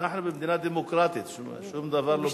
אנחנו במדינה דמוקרטית, שום דבר לא בכפייה.